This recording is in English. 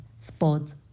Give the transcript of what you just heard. sports